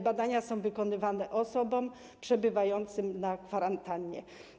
Badania są wykonywane również osobom przebywającym na kwarantannie.